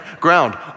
ground